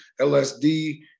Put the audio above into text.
LSD